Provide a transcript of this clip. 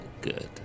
good